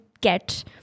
get